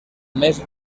més